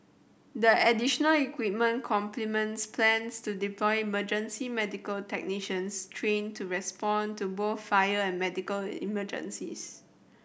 the additional equipment complements plans to deploy emergency medical technicians trained to respond to both fire and medical emergencies